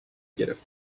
گرفت